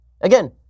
Again